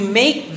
make